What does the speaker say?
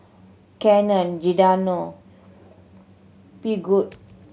Canon Giordano Peugeot